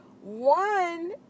One